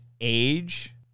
age